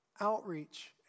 outreach